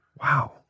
Wow